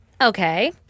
okay